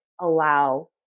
allow